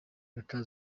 leta